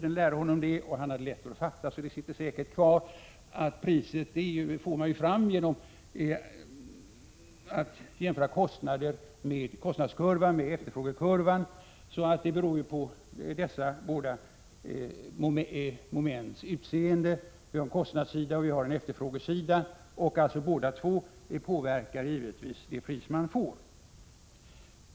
Å. Johansson — och han har lätt för att fatta så det sitter säkert kvar — får man fram priset genom att jämföra kostnadskurvan med efterfrågekurvan. Det beror på dessa två moments utseende. Vi har en kostnadssida och en efterfrågesida, och båda två påverkar givetvis de priser man får.